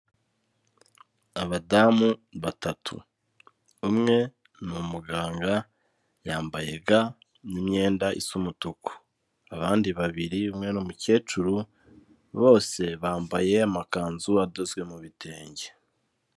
Abadamu batatu, umwe ni umuganga yambaye ga n'imyenda isa umutuku, abandi babiri, umwe ni umukecuru bose bambaye amakanzu adozwe mu bitenge.